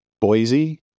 Boise